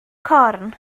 corn